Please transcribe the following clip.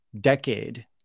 decade